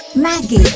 Maggie